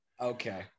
Okay